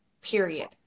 period